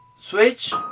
switch